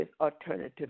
alternative